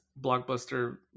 blockbuster